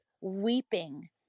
weeping